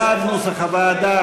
בעד נוסח הוועדה,